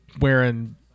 wearing